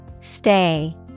stay